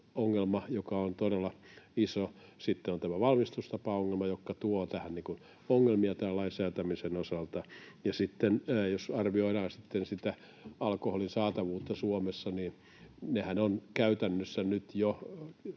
terveysongelma, joka on todella iso. Sitten on tämä valmistustapaongelma, joka tuo ongelmia tämän lain säätämisen osalta. Ja sitten, jos arvioidaan sitä alkoholin saatavuutta Suomessa, niin sehän on käytännössä nyt jo